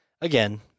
Again